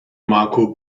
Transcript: marco